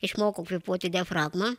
išmokau kvėpuoti diafragma